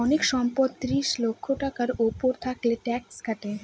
অনেক সম্পদ ত্রিশ লক্ষ টাকার উপর থাকলে ট্যাক্স কাটে